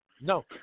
No